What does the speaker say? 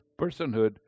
personhood